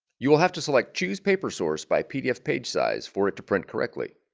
you'll have to select choose paper source by pdf page size for it to print correctly.